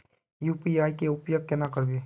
UPI के उपयोग केना करबे?